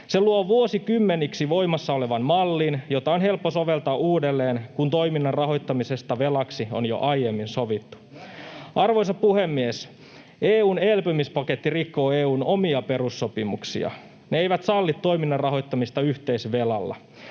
Se luo vuosikymmeniksi voimassa olevan mallin, jota on helppo soveltaa uudelleen, kun toiminnan rahoittamisesta velaksi on jo aiemmin sovittu. Arvoisa puhemies! EU:n elpymispaketti rikkoo EU:n omia perussopimuksia. Ne eivät salli toiminnan rahoittamista yhteisvelalla.